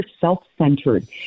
self-centered